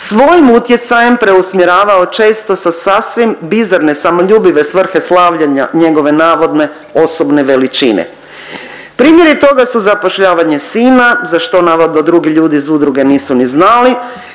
svojim utjecajem preusmjeravao često sa sasvim bizarne samoljubive svrhe slavljenja njegove navodne osobne veličine. Primjeri toga su zapošljavanje sina za što navodno drugi ljudi iz udruge nisu ni znali,